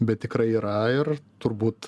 bet tikrai yra ir turbūt